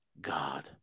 God